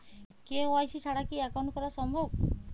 KYC ছাড়া কি account করা সম্ভব?